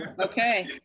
okay